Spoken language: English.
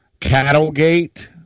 Cattlegate